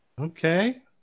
Okay